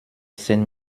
zehn